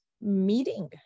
meeting